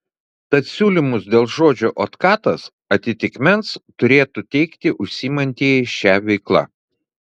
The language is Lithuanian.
tad siūlymus dėl žodžio otkatas atitikmens turėtų teikti užsiimantieji šia veikla